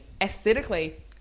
aesthetically